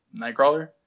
Nightcrawler